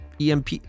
EMP